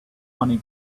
funny